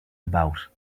about